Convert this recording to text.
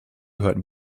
hörten